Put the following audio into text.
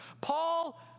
Paul